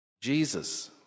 Jesus